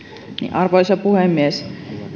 arvoisa puhemies